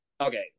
Okay